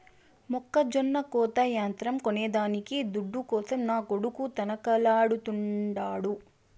మొక్కజొన్న కోత యంత్రం కొనేదానికి దుడ్డు కోసం నా కొడుకు తనకలాడుతాండు